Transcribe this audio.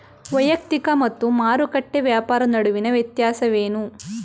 ವೈಯಕ್ತಿಕ ಮತ್ತು ಮಾರುಕಟ್ಟೆ ವ್ಯಾಪಾರ ನಡುವಿನ ವ್ಯತ್ಯಾಸವೇನು?